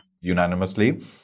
unanimously